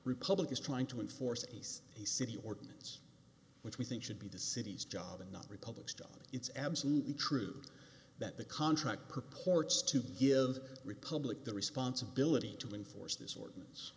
republicans trying to enforce at least a city ordinance which we think should be the city's job and not request it's absolutely true that the contract purports to give the republic the responsibility to enforce this ordinance